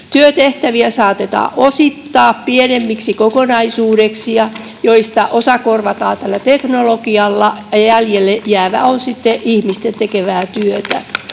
Työtehtäviä saatetaan osittaa pienemmiksi kokonaisuuksiksi, joista osa korvataan teknologialla ja jäljelle jäävä on sitten ihmisten tekemää työtä.